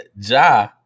Ja